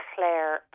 Claire